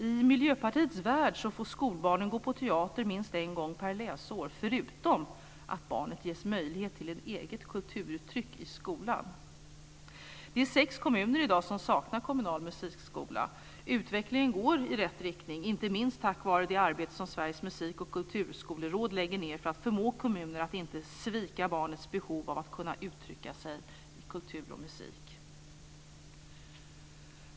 I Miljöpartiets värld får skolbarnen gå på teater minst en gång per läsår förutom att barnet ges möjlighet till ett eget kulturuttryck i skolan. Det är sex kommuner i dag som saknar en kommunal musikskola. Utvecklingen går i rätt riktning, inte minst tack vare det arbete som Sveriges Musik och Kulturskoleråd lägger ned för att förmå kommuner att inte svika barnets behov av att kunna uttrycka sig i kultur och musik.